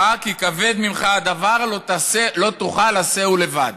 כי כבד ממך הדבר לא תוכל עשהו לבדך".